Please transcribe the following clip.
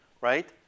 right